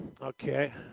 Okay